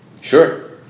Sure